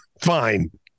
Fine